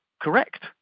correct